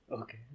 Okay